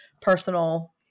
personal